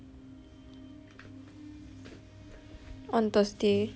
on thursday